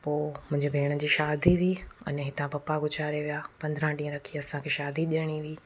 पोइ मुंहिंजी भेण जी शादी हुई अने हितां पप्पा गुज़ारे विया पंद्रहां ॾींहं रखी असांखे शादी ॾियणी हुई